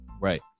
right